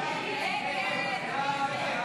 סעיף 20,